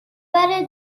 برابر